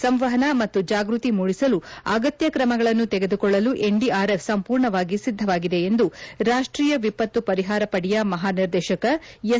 ಸಂವಹನ ಮತ್ತು ಜಾಗ್ಯತಿ ಮೂಡಿಸಲು ಅಗತ್ಯ ಕ್ರಮಗಳನ್ನು ತೆಗೆದುಕೊಳ್ಳಲು ಎನ್ ಡಿಆರ್ ಎಫ್ ಸಂಪೂರ್ಣವಾಗಿ ಸಿದ್ದವಾಗಿದೆ ಎಂದು ರಾಷ್ಷೀಯ ವಿಪತ್ತು ಪರಿಹಾರ ಪಡೆಯ ಮಹಾ ನಿರ್ದೇಶಕ ಎಸ್